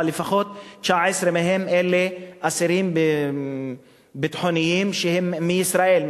ולפחות 19 מהם הם אסירים ביטחוניים מישראל,